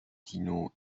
tino